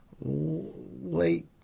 late